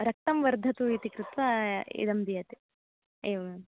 रक्तं वर्धतु इति कृत्वा इदं दीयते एवम्